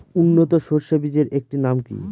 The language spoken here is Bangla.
উন্নত সরষে বীজের একটি নাম কি?